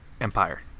empire